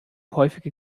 häufige